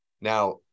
now